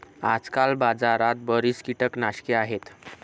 आजकाल बाजारात बरीच कीटकनाशके आहेत